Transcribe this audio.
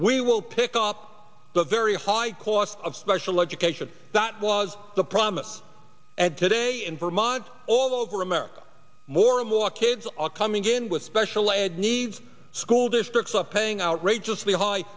we will pick off the very high cost of special education that was the promise and today in vermont all over america more and walk it's all coming in with special ed needs school districts are paying outrageously high